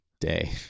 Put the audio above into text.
day